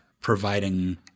providing